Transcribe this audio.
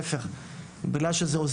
בגלל שיש